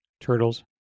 Turtles